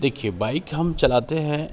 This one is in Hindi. देखिए बाइक हम चलाते हैं